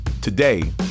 Today